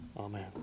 Amen